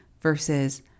versus